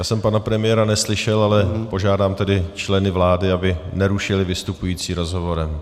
Já jsem pana premiéra neslyšel, ale požádám tedy členy vlády, aby nerušili vystupující rozhovorem.